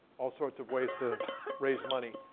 all sorts of ways to raise money.